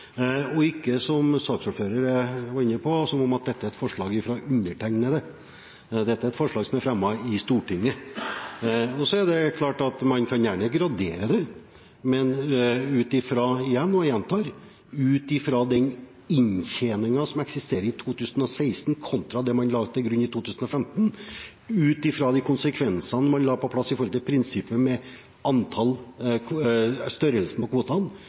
og er ikke – som saksordføreren var inne på – et forslag fra undertegnede. Dette er et forslag som er fremmet i Stortinget. Det er klart at man kan gjerne gradere det, men ut fra – og jeg gjentar – den inntjeningen som eksisterte i 2016 kontra det man la til grunn i 2015, og ut fra konsekvensene i forhold til prinsippet om størrelsen på kvotene, som er betydelig større nå, så er det det som ligger til